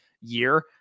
year